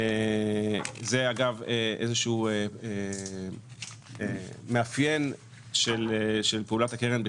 שזה איזה שהוא מאפיין של פעולת הקרן בכלל.